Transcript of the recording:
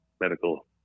medical